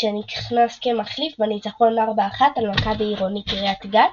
כשנכנס כמחליף בניצחון 4–1 על מכבי עירוני קריית גת